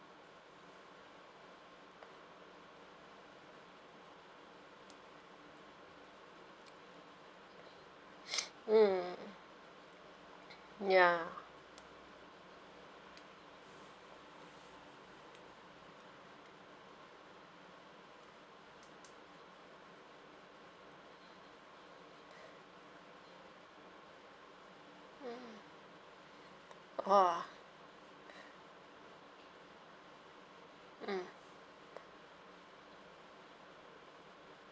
mm ya !wah! mm